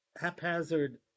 haphazard